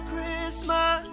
Christmas